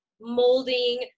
molding